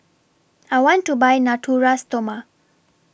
I want to Buy Natura Stoma